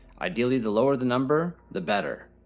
ideally, the lower the number, the better.